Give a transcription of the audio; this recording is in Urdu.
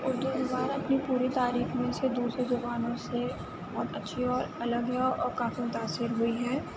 اُردو زبان اپنی پوری تاریخ میں سے دوسری زبانوں سے بہت اچھی اور الگ ہے اور کافی متاثر بھی ہے